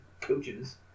coaches